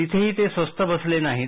तिथेही ते स्वस्थ बसले नाहीत